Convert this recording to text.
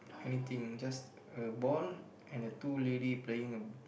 anything just a ball and a two lady playing a